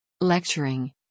Lecturing